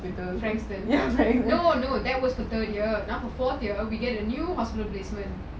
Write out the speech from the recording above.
no no that was third year fourth year we get a new hospital placement